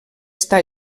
està